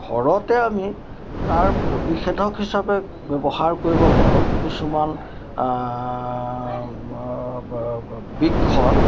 ঘৰতে আমি তাৰ প্ৰতিষেধক হিচাপে ব্যৱহাৰ কৰিব পাৰোঁ কিছুমান বৃক্ষ